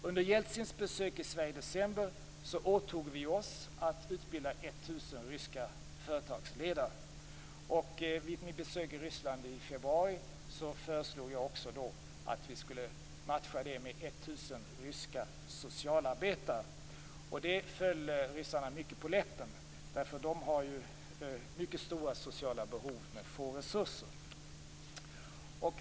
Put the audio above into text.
Under Jeltsins besök i Sverige i december åtog vi oss att utbilda 1 000 ryska företagsledare. Vid mitt besök i Ryssland i februari föreslog jag att vi också skulle matcha detta med 1 000 ryska socialarbetare. Det föll ryssarna på läppen. De har nämligen mycket stora sociala behov, men få resurser.